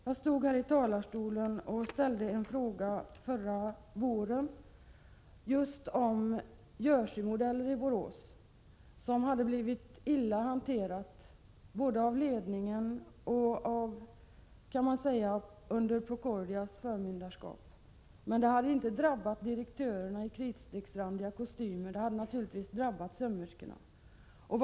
Jag ställde en fråga förra våren om Jersey-Modeller. Företaget hade blivit illa hanterat av ledningen under Procordias förmynderskap. Men det hade inte drabbat direktörer i kritstreckrandiga kostymer. Det hade naturligtvis drabbat sömmerskorna.